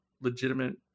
legitimate